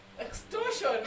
Extortion